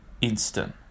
instant